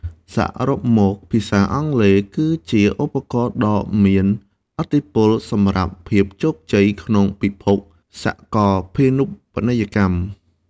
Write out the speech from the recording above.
សរុបមក ភាសាអង់គ្លេសគឺជាឧបករណ៍ដ៏មានឥទ្ធិពលសម្រាប់ភាពជោគជ័យក្នុងពិភពលោកសកលភាវូបនីយកម្ម ។